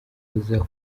kuzajya